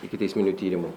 ikiteisminiu tyrimu